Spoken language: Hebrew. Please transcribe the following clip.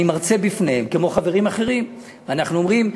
אני מרצה בפניהם, כמו חברים אחרים, ואנחנו אומרים: